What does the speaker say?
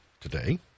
today